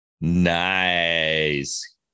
Nice